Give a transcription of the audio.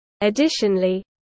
Additionally